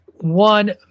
One